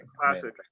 Classic